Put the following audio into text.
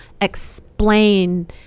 explain